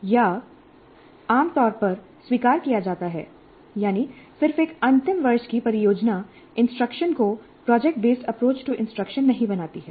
यह आम तौर पर स्वीकार किया जाता है यानी सिर्फ एक अंतिम वर्ष की परियोजना इंस्ट्रक्शन को project based approach to instruction नहीं बनाती है